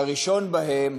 שהראשון בהם